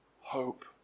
hope